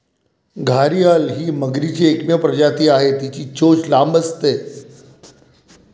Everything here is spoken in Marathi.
घारीअल ही मगरीची एकमेव प्रजाती आहे, तिची चोच लांब असते